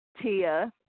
Tia